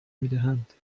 میدهند